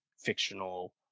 fictional